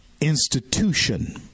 institution